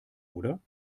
oder